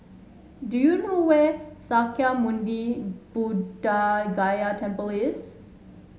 do you know where Sakya Muni Buddha Gaya